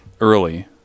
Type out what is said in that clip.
early